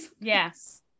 Yes